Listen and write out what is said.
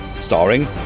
starring